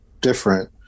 different